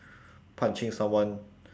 punching someone